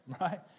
right